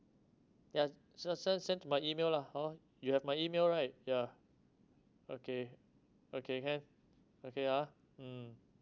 yeah se~ send send my email lah ah you have my email right yeah okay okay can okay ah mm